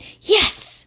Yes